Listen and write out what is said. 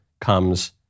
comes